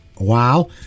Wow